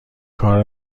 کار